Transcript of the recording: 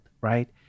right